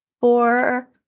four